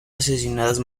asesinados